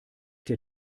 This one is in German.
der